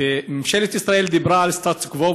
ממשלת ישראל דיברה על סטטוס קוו,